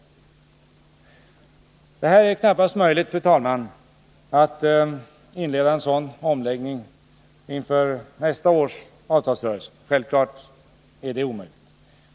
Det är knappast möjligt, fru talman, att inleda en sådan omläggning redan i 1981 års avtalsrörelse.